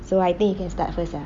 so I think you can start first ah